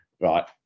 Right